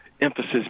emphasis